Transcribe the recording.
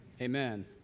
Amen